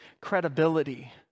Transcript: credibility